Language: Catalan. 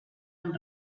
amb